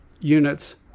units